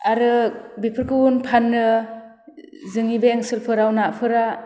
आरो बेफोरखौनो फानो जोंनि बे ओनसोलफोराव नाफोरा